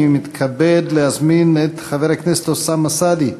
אני מתכבד להזמין את חבר הכנסת אוסאמה סעדי,